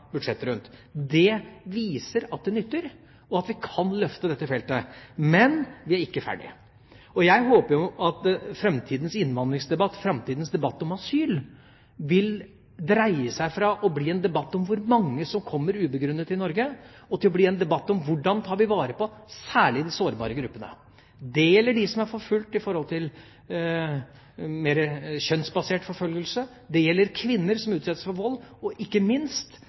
viser at det nytter, og at vi kan løfte dette feltet. Men vi er ikke ferdige. Jeg håper at framtidas innvandringsdebatt, framtidas debatt om asyl, vil dreie fra å være en debatt om hvor mange som kommer ubegrunnet til Norge, til å bli en debatt om hvordan vi særlig tar vare på de sårbare gruppene. Det gjelder dem som er utsatt for kjønnsbasert forfølgelse, det gjelder kvinner som utsettes for vold, og det gjelder ikke minst